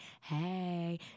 Hey